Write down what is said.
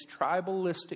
tribalistic